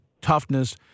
toughness